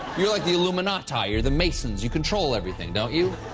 you're like the illuminati you're the masons, you control everything, don't you?